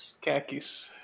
khakis